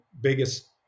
biggest